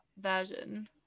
version